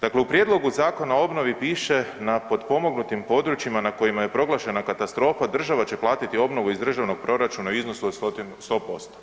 Dakle, u prijedlogu Zakona o obnovi piše na potpomognutim područjima na kojima je proglašena katastrofa država će platiti obnovu iz državnog proračuna u iznosu od 100%